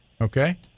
Okay